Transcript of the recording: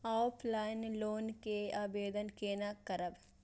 Offline loan के आवेदन केना करब?